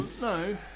No